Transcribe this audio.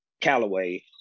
Callaway